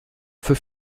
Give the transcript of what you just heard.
für